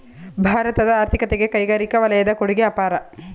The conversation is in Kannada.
ಭಾರತದ ಆರ್ಥಿಕತೆಗೆ ಕೈಗಾರಿಕಾ ವಲಯದ ಕೊಡುಗೆ ಅಪಾರ